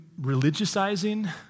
religiousizing